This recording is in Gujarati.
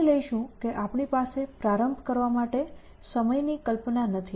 માની લઈશું કે આપણી પાસે પ્રારંભ કરવા માટે સમયની કલ્પના નથી